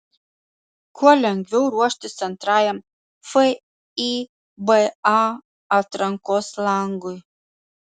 kuo lengviau ruoštis antrajam fiba atrankos langui